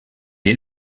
est